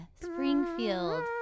Springfield